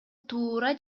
туура